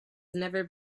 never